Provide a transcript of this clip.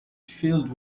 filled